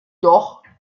doch